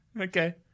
Okay